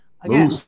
again